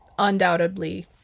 undoubtedly